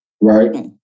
right